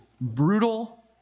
brutal